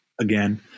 again